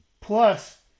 Plus